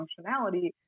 functionality